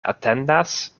atendas